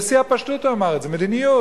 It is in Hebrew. בשיא הפשטות הוא אמר את זה: מדיניות.